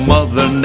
Mother